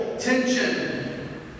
Tension